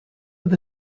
with